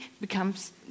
becomes